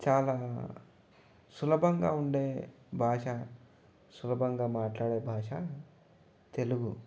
చాలా సులభంగా ఉండే భాష సులభంగా మాట్లాడే భాష తెలుగు